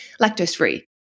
lactose-free